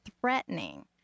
threatening